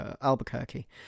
Albuquerque